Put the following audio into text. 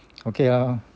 okay ah